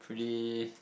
pretty